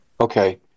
Okay